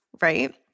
right